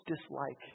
dislike